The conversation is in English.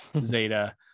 Zeta